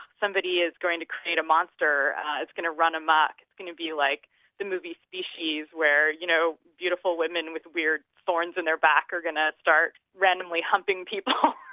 somebody is going to create a monster it's going to run amok, it's going to be like the movie species where, you know, beautiful women with weird thorns in their back are going to start randomly humping people.